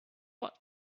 what